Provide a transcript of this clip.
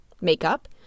makeup